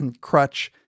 crutch